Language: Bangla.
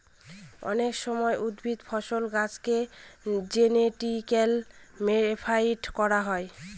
অনেক সময় উদ্ভিদ, ফসল, গাছেকে জেনেটিক্যালি মডিফাই করা হয়